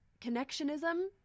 connectionism